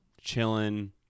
chilling